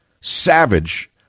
SAVAGE